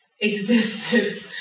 existed